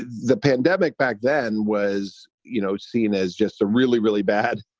the pandemic back then was, you know, seen as just a really, really bad